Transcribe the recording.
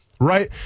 right